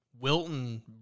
Wilton